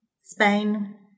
Spain